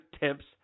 tips